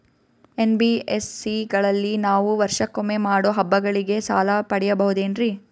NBSC ಗಳಲ್ಲಿ ನಾವು ವರ್ಷಕೊಮ್ಮೆ ಮಾಡೋ ಹಬ್ಬಗಳಿಗೆ ಸಾಲ ಪಡೆಯಬಹುದೇನ್ರಿ?